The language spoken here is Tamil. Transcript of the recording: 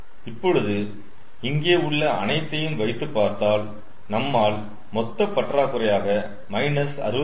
இப்பொழுது இங்கே உள்ள அனைத்தையும் வைத்துப்பார்த்தால் நம்மால் மொத்த பற்றாக்குறையாக 67